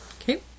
Okay